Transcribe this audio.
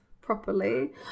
properly